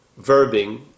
verbing